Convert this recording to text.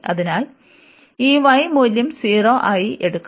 അതിനാൽ ഈ y മൂല്യം 0 ആയി എടുക്കും